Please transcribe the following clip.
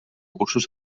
cursos